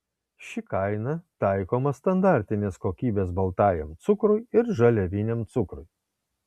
ši kaina taikoma standartinės kokybės baltajam cukrui ir žaliaviniam cukrui